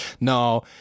no